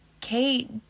Kate